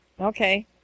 Okay